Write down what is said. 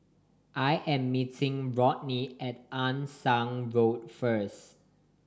I am meeting Rodney at Ann Siang Road first